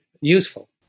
useful